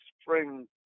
spring